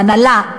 וההנהלה,